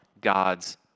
God's